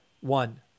One